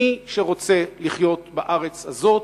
מי שרוצה לחיות בארץ הזאת,